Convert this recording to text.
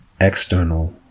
external